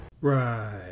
right